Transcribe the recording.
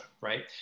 right